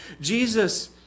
Jesus